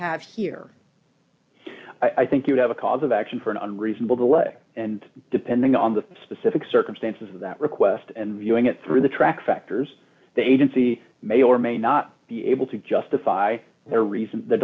have here i think you have a cause of action for an unreasonable the way and depending on the specific circumstances of that request and viewing it through the track factors the agency may or may not be able to justify their reason th